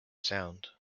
sound